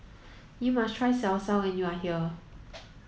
you must try Salsa when you are here